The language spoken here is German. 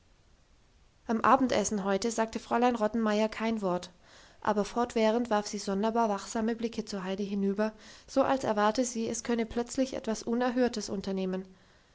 am abendessen heute sagte fräulein rottenmeier kein wort aber fortwährend warf sie sonderbar wachsame blicke zu heidi hinüber so als erwartete sie es könnte plötzlich etwas unerhörtes unternehmen